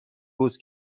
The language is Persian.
روز